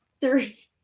Three